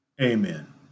Amen